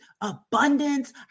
abundance